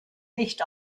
nicht